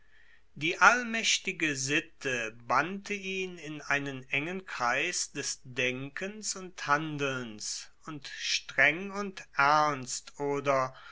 die allmaechtige sitte bannte ihn in einen engen kreis des denkens und handelns und streng und ernst oder